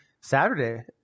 Saturday